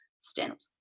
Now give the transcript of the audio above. stint